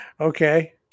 Okay